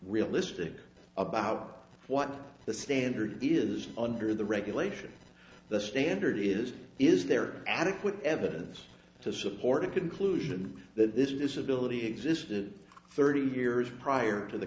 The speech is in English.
realistic about what the standard is under the regulation the standard is is there adequate evidence to support a conclusion that this disability existed thirty years prior to the